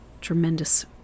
tremendous